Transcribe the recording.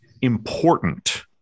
important